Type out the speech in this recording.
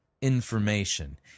information